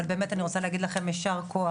אבל באמת אני רוצה להגיד לכם יישר כוח.